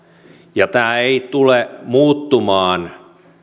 tämä ei tule muuttumaan